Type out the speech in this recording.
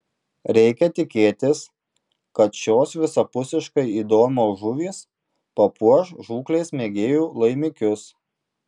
reikia tikėtis kad šios visapusiškai įdomios žuvys papuoš žūklės mėgėjų laimikius